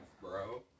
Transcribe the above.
bro